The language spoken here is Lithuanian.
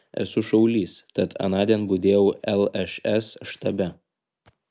esu šaulys tad anądien budėjau lšs štabe